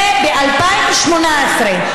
וב-2018,